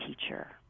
teacher